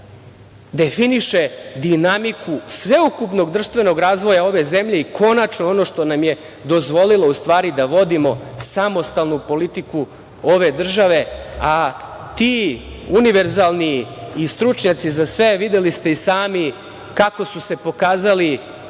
definiše dinamiku sveukupnog društvenog razvoja ove zemlje i konačno ono što nam je dozvolilo u stvari da vodimo samostalnu politiku ove države. Ti univerzalni i stručnjaci za sve, videli ste i sami kako su se pokazali